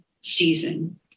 season